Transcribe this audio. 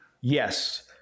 Yes